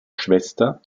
schwester